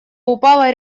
упала